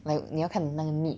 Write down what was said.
like 你要看你那个 need